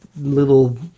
little